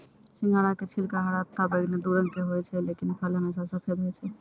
सिंघाड़ा के छिलका हरा तथा बैगनी दू रंग के होय छै लेकिन फल हमेशा सफेद होय छै